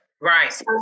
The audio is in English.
right